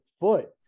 foot